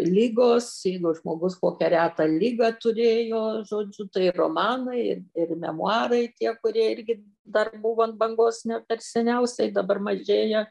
ligos jeigu žmogus kokią retą ligą turėjo žodžiu tai romanai ir ir memuarai tie kurie irgi dar buvo ant bangos ne per seniausiai dabar mažėja